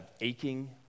aching